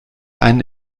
einen